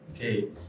Okay